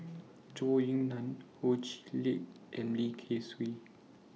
Zhou Ying NAN Ho Chee Lick and Lim Kay Siu